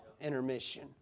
intermission